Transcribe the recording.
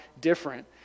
different